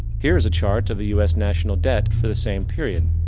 here is a chart to the us national debt for the same period.